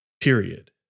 period